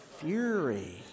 fury